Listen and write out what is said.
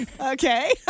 Okay